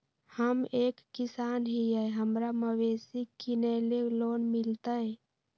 हम एक किसान हिए हमरा मवेसी किनैले लोन मिलतै?